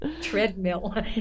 Treadmill